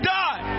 die